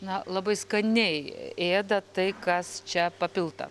na labai skaniai ėda tai kas čia papilta